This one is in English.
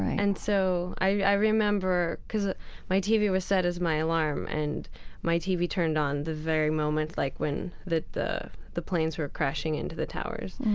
and so i remember because ah my tv was set as my alarm and my tv turned on the very moment like when the the planes were crashing into the towers.